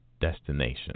destination